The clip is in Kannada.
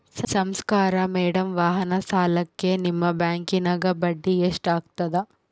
ನಮಸ್ಕಾರ ಮೇಡಂ ವಾಹನ ಸಾಲಕ್ಕೆ ನಿಮ್ಮ ಬ್ಯಾಂಕಿನ್ಯಾಗ ಬಡ್ಡಿ ಎಷ್ಟು ಆಗ್ತದ?